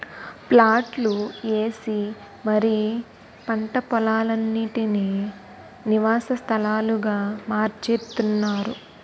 ప్లాట్లు ఏసి మరీ పంట పోలాలన్నిటీనీ నివాస స్థలాలుగా మార్చేత్తున్నారు